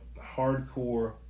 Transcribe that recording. hardcore